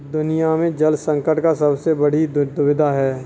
दुनिया में जल संकट का सबसे बड़ी दुविधा है